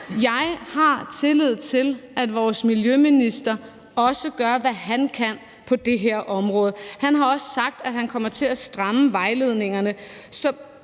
Jeg har tillid til, at vores miljøminister også gør, hvad han kan på det her område. Han har også sagt, at han kommer til at stramme vejledningerne.